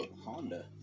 Honda